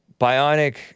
bionic